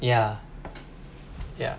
yeah yeah